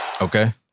Okay